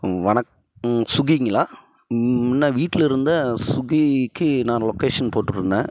வணக்கம் சுகிங்களா முன்ன வீட்டில் இருந்தேன் சுகிக்கு நான் லொக்கேஷன் போட்டிருந்தேன்